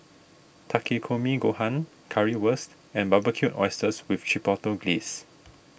Takikomi Gohan Currywurst and Barbecued Oysters with Chipotle Glaze